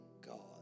God